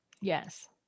Yes